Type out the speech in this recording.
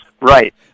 right